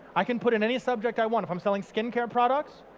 i can put in any subject i want, if i'm selling skincare products,